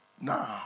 Now